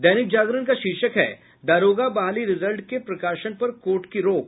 दैनिक जागरण का शीर्षक है दारोगा बहाली रिजल्ट के प्रकाशन पर कोर्ट की रोक